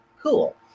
cool